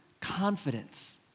confidence